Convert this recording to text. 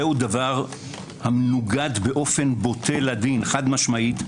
זה דבר המנוגד באופן בוטה לדין, חד משמעי,